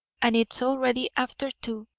and it's already after two.